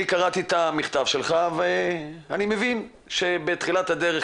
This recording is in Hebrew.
אני קראתי את המכתב שלך ואני מבין שבתחילת הדרך,